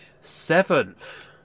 Seventh